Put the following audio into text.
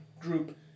group